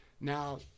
Now